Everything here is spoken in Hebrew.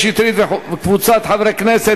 יואיל לשבת יושב-ראש ועדת הכספים.